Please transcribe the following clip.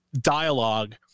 dialogue